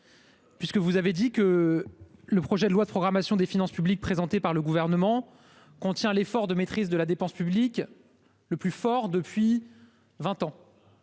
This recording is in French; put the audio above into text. Puisque vous avez dit que le projet de loi de programmation des finances publiques présentées par le gouvernement. Contient l'effort de maîtrise de la dépense publique. Le plus fort depuis 20 ans.